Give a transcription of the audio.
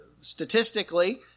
statistically